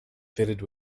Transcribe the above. fitted